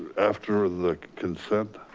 after the consent,